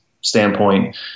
standpoint